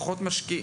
או שפחות משקיעים.